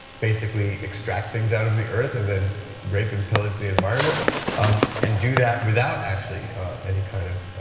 basically extract things out of the earth and then rape and pillage the environment um and do that without actually any kind of